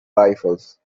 rifles